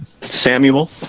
Samuel